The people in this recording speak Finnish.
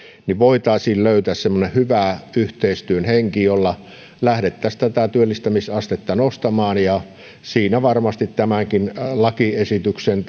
niin voitaisiin löytää semmoinen hyvä yhteistyön henki jolla lähdettäisiin tätä työllistämisastetta nostamaan siinä varmasti tämänkin lakiesityksen